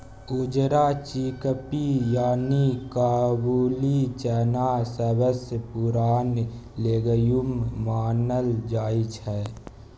उजरा चिकपी यानी काबुली चना सबसँ पुरान लेग्युम मानल जाइ छै